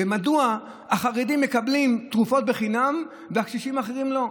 ומדוע הקשישים החרדים מקבלים תרופות חינם וקשישים אחרים לא.